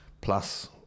plus